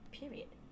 period